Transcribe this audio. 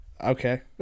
Okay